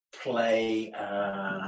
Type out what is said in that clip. play